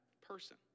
person